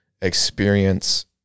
experience